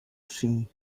ski